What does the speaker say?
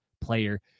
player